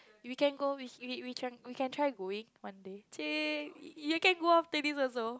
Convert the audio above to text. we can go we we we we can try going one day !chey! you can go after this also